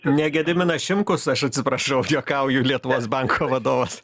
ne gediminas šimkus aš atsiprašau juokauju lietuvos banko vadovas